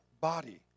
body